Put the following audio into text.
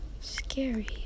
scary